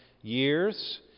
years